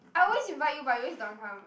I always invite you but you always don't want come